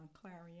Clarion